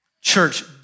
Church